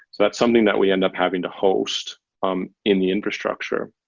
that's something that we end up having to host um in the infrastructure,